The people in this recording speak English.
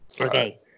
Okay